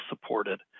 supported